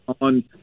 on